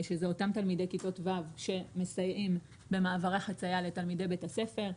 שזה אותם תלמידי כיתות ו' שמסייעים במעברי חציה לתלמידי בתי ספר,